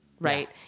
Right